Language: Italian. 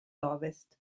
ovest